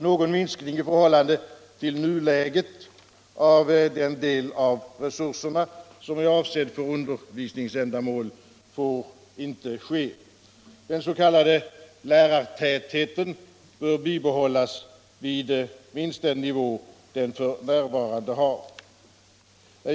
Någon minskning i förhållande till nuläget av den del av resurserna som är avsedd för undervisningsändamål får inte ske. Den s.k. lärartätheten bör bibehållas vid minst den nivå den f. n. har.